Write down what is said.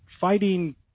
fighting